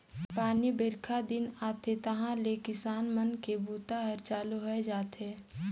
पानी बाईरखा दिन आथे तहाँले किसान मन के बूता हर चालू होए जाथे